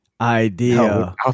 idea